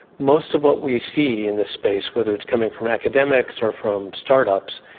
most of what we see in this space, whether it's coming from academics or from start-ups,